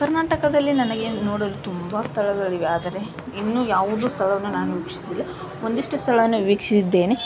ಕರ್ನಾಟಕದಲ್ಲಿ ನನಗೆ ನೋಡಲು ತುಂಬ ಸ್ಥಳಗಳಿವೆ ಆದರೆ ಇನ್ನೂ ಯಾವುದೂ ಸ್ಥಳವನ್ನು ನಾನು ವೀಕ್ಷಿಸಿಲ್ಲ ಒಂದಿಷ್ಟು ಸ್ಥಳವನ್ನು ವೀಕ್ಷಿಸಿದ್ದೇನೆ